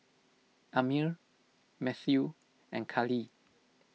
Amir Mathew and Cali